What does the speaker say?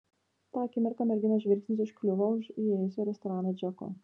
tą akimirką merginos žvilgsnis užkliuvo už įėjusio į restoraną džeko